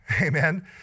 Amen